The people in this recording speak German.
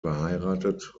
verheiratet